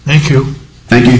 thank you thank you